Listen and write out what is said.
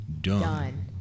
Done